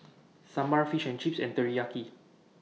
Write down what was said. Sambar Fish and Chips and Teriyaki